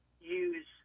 use